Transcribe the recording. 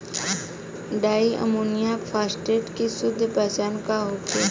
डाई ammonium phosphate के शुद्ध पहचान का होखे?